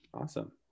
awesome